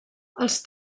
els